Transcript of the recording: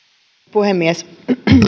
puhemies